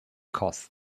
cause